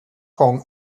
kong